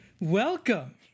Welcome